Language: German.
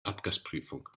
abgasprüfung